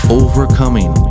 overcoming